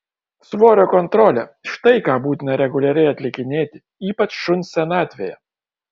svorio kontrolė štai ką būtina reguliariai atlikinėti ypač šuns senatvėje